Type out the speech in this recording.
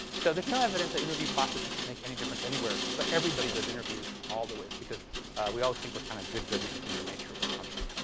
so there's no evidence that interview processes make any difference anywhere. but everybody does interviews all the ways. because we always think we're kind of good judges of human nature or something.